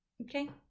okay